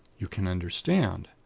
you can understand?